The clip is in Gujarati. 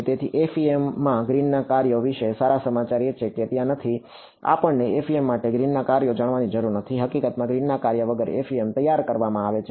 તેથી FEM માં ગ્રીનનાં કાર્યો વિશે સારા સમાચાર એ છે કે ત્યાં નથી આપણને FEM માટે ગ્રીનનાં કાર્યો જાણવાની જરૂર નથી હકીકતમાં ગ્રીનનાં કાર્ય વગર FEM તૈયાર કરવામાં આવે છે